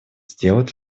сделать